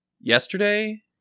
yesterday